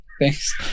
thanks